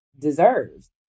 deserves